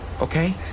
Okay